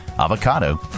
avocado